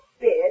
bid